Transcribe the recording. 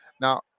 Now